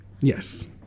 Yes